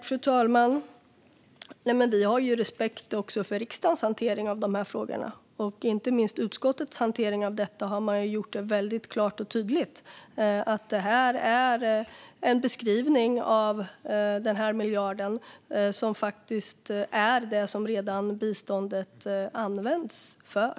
Fru talman! Vi har respekt också för riksdagens hantering av de här frågorna. Inte minst i utskottets hantering av detta har man gjort det väldigt klart och tydligt att det här är en beskrivning av den här miljarden som innebär det som biståndet redan används för.